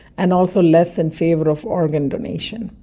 and also less in favour of organ donation.